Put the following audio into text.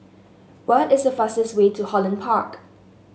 what is the fastest way to Holland Park